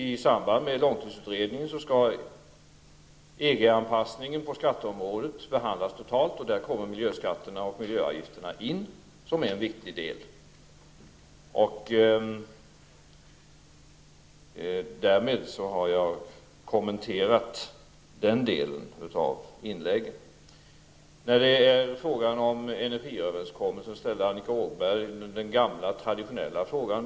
I anpassningen på skatteområdet behandlas totalt. Där kommer miljöskatterna och miljöavgifterna in som en viktig del. Därmed har jag kommenterat den delen av inläggen. Annika Åhnberg ställde den gamla traditionella frågan om energiöverenskommelsen.